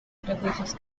prejuicios